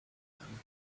them